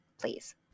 please